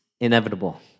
inevitable